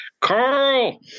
Carl